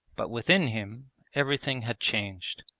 but within him everything had changed.